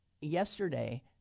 Yesterday